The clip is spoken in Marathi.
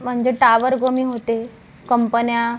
म्हणजे टावर कमी होते कंपन्या